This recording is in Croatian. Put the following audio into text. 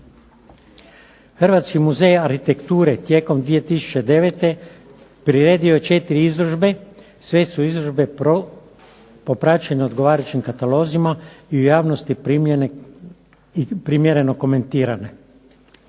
Hrvatski muzej arhitekture tijekom 2009. priredio je 4 izložbe. Sve su izložbe popraćene odgovarajućim katalozima i u javnosti primjereno komentirane.